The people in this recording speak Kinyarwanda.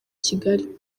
kigali